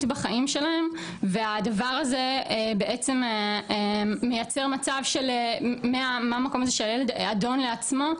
בחיים שלהם והדבר הזה בעצם מייצר מצב של מהמקום הזה של הילד אדון לעצמו,